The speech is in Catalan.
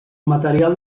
material